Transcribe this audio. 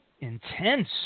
intense